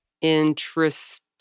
Interesting